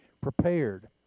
prepared